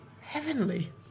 heavenly